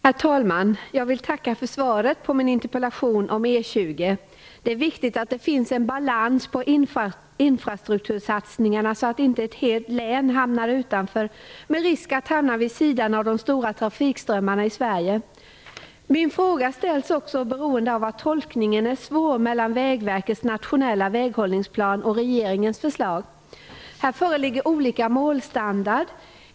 Herr talman! Jag vill tacka för svaret på min interpellation om E 20. Det är viktigt att det finns en balans på infrastruktursatsningarna, så att inte ett helt län hamnar utanför med risk att hamna vid sidan av de stora trafikströmmarna i Sverige. Min fråga ställs också beroende av att tolkningen är svår mellan Vägverkets nationella väghållningsplan och regeringens förslag. Här föreligger olika målstandard.